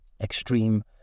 extreme